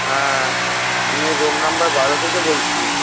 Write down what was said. হ্যাঁ আমি room number বারো থেকে বলছি